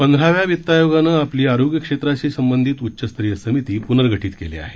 पंधराव्या वित्त आयोगानं आपली आरोग्य क्षेत्राशी संबंधित उच्चस्तरीय समिती पूनर्गठित केली आहे